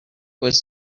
was